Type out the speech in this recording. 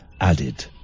added